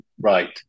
Right